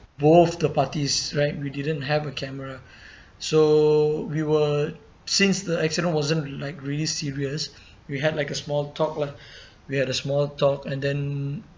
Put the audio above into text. both of the parties right we didn't have a camera so we were since the accident wasn't like really serious we had like a small talk lah we had a small talk and then